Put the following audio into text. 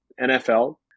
NFL